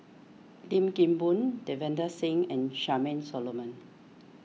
Lim Kim Boon Davinder Singh and Charmaine Solomon